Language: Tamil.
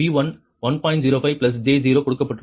05 j 0 கொடுக்கப்பட்டுள்ளது